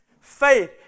faith